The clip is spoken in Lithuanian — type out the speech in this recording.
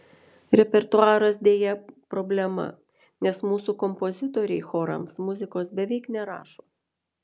repertuaras deja problema nes mūsų kompozitoriai chorams muzikos beveik nerašo